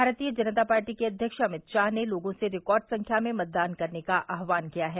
भारतीय जनता पार्टी के अध्यक्ष अमित शाह ने लोगों से रिकार्ड संख्या में मतदान करने का आह्वान किया है